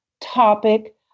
topic